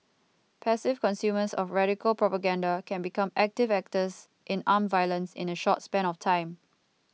passive consumers of radical propaganda can become active actors in armed violence in a short span of time